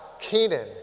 Kenan